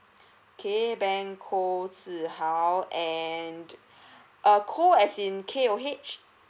okay ben koh xi hao and err koh as in K O H